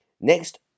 Next